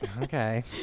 Okay